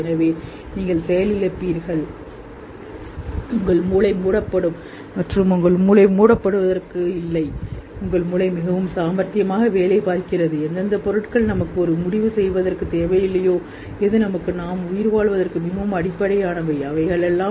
எனவே நீங்கள் செயலிழப்பீர்கள் உங்கள் மூளை மூடப்படும் மற்றும் உங்கள் மூளை மூடப்படுவதற்கு இல்லை என்று சாமார்த்தியமாக என்ன செய்யப்படுகிறது ஏன் நீங்கள் உங்கள் உயிர் அடிப்படை முடிவு செய்ய தேவையில்லை இவைகள்கீழ்வைக்கப்பட்டுள்ளனர்உள்ளது